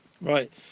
Right